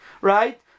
right